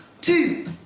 two